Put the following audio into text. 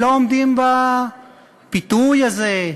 לא עומדים בפיתוי הזה,